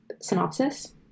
synopsis